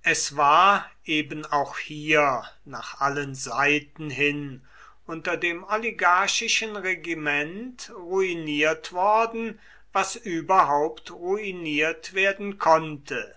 es war eben auch hier nach allen seiten hin unter dem oligarchischen regiment ruiniert worden was überhaupt ruiniert werden konnte